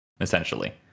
essentially